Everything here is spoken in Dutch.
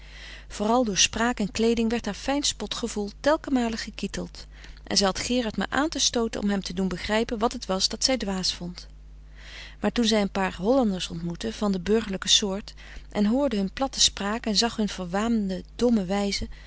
vooral door spraak en kleeding werd haar fijn spot gevoel telkenmale gekitteld en zij had gerard maar aan te stooten om hem te doen begrijpen wat het was dat zij dwaas vond maar toen zij een paar hollanders ontmoette van de burgerlijke soort en hoorde hun platte spraak en zag hun verwaande domme wijze